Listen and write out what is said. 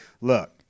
look